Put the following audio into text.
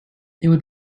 would